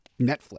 Netflix